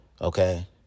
okay